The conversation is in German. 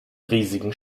riesigen